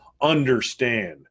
understand